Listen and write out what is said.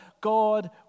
God